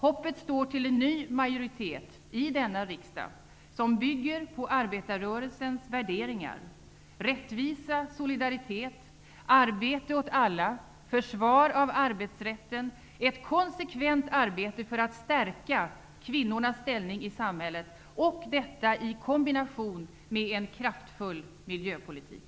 Hoppet står till en ny majoritet i denna riksdag, som bygger på arbetarrörelsens värderingar, som rättvisa, solidaritet, arbete åt alla, försvar av arbetsrätten, ett konsekvent arbete för att stärka kvinnornas ställning i samhället -- detta i kombination med en kraftfull miljöpolitik.